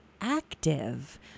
active